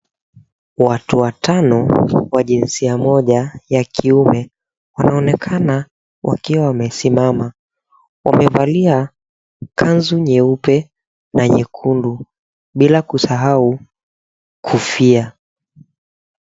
Watu watano wa jinsia moja ya kiume wanaonekana wakiwa wamesimama, wamevalia kanzu nyeupe na nyekundu bila kusahau kofia.